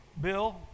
Bill